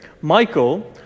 Michael